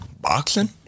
Boxing